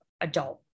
adult